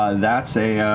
ah that's a.